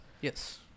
Yes